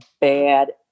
bad